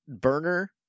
burner